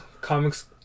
comics